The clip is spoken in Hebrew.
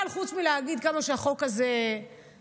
אבל חוץ מלהגיד כמה שהחוק הזה מיותר,